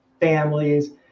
families